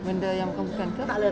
benda yang bukan bukan